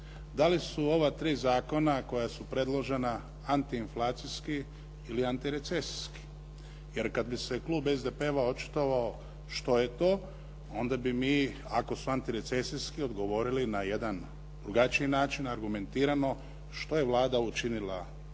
Da li su ova tri zakona koja su predložena antiinflacijski ili antirecesijski? Jer kada bi se klub SDP-a očitovao što je to onda bi mi ako su anatirecesijski odgovorili na jedan drugačiji način, argumentirano što je Vlada učinila što